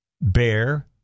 bear